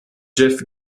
jeff